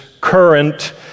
current